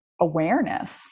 awareness